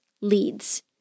leads